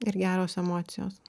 ir geros emocijos